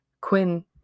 Quinn